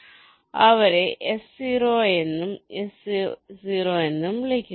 ഞാൻ അവരെ S0 എന്നും S0 എന്നും വിളിക്കുന്നു